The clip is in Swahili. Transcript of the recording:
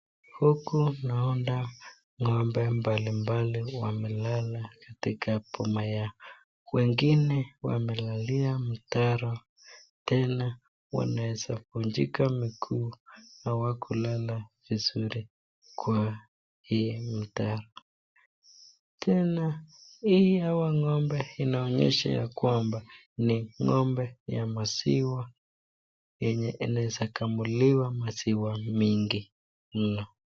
Huku naona ngo'mbe mbalimbali wanalala katika boma yao wengine wamelalia mtaro tena wanaweza vunjika miguu na hawakulala vizuri Kwa hii mtaro tena hawa ngo'mbe inonyesha ya kwamba ni ngo'mbe ya maziwa yenye inaweza kamuliwa maziwa mingi mno.